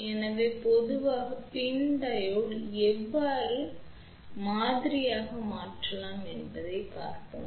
எனவே பொதுவாக PIN diode எவ்வாறு மாதிரியாக மாற்றலாம் என்று பார்ப்போம்